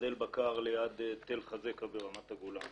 מגדל בקר ליד תל חזקה ברמת הגולן.